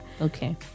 okay